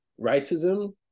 Racism